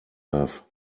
darf